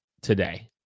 today